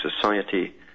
society